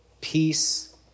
peace